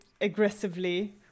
aggressively